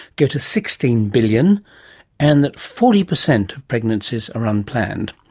go to sixteen billion and that forty percent of pregnancies are unplanned.